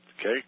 okay